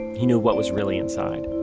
he knew what was really inside